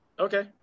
Okay